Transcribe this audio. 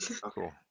Cool